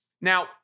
Now